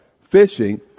fishing